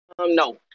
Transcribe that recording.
No